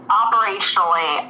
operationally